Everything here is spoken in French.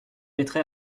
mettrai